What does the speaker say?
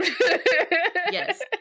yes